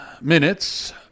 Minutes